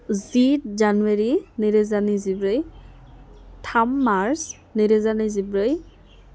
जि January नैरोजा नैजिब्रै थाम मार्च नैरोजा नैजिब्रै